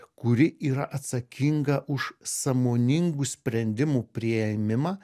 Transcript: kuri yra atsakinga už sąmoningų sprendimų priėmimą